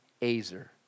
Azer